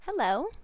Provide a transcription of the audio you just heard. Hello